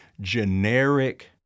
generic